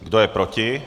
Kdo je proti?